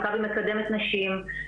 מכבי מקדמת נשים.